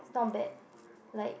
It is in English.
not bad like